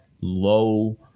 low